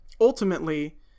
ultimately